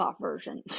version